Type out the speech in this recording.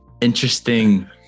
interesting